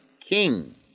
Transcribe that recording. King